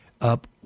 up